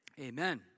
amen